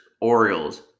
Orioles